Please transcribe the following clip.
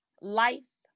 life's